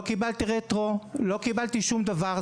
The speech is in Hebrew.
לא קיבלתי רטרו לא קיבלתי שום דבר,